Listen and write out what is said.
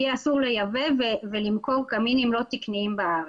יהיה אסור לייבא ולמכור קמינים לא תקניים בארץ.